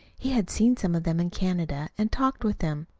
he had seen some of them in canada, and talked with them.